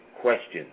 questions